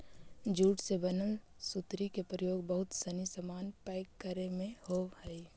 jute से बनल सुतरी के प्रयोग बहुत सनी सामान पैक करे में होवऽ हइ